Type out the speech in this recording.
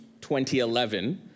2011